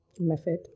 Method